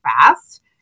fast